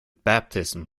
baptism